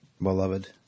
beloved